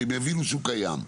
שיבינו שזה קיים.